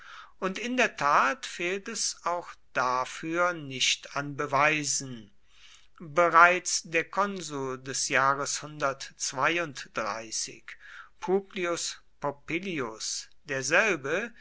und in der tat fehlt es auch dafür nicht an beweisen bereits der konsul des jahres publius popillius derselbe